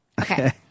Okay